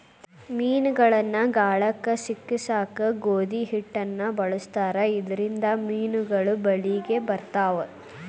ಮೇನಗಳನ್ನ ಗಾಳಕ್ಕ ಸಿಕ್ಕಸಾಕ ಗೋಧಿ ಹಿಟ್ಟನ ಬಳಸ್ತಾರ ಇದರಿಂದ ಮೇನುಗಳು ಬಲಿಗೆ ಬಿಳ್ತಾವ